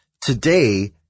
today